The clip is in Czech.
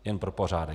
Jen pro pořádek.